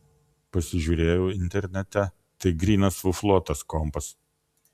pasižiūrėjau internete tai grynas fuflo tas kompas